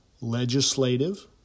legislative